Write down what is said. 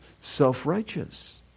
self-righteous